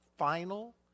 final